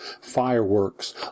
fireworks